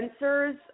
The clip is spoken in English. sensors